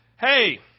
hey